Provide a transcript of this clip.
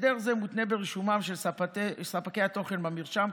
הסדר זה מותנה ברישומם של ספקי התוכן במרשם,